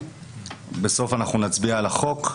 בסוף אנחנו נצביע על החוק.